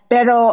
Pero